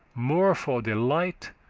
more for delight,